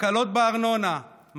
הקלות בארנונה,